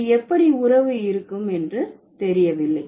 இங்கு எப்படி உறவு இருக்கும் என்று தெரியவில்லை